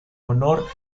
honor